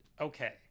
okay